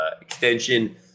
extension